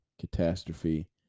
catastrophe